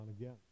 again